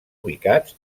ubicats